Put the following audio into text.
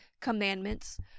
commandments